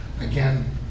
Again